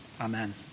Amen